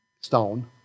stone